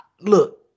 Look